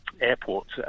airports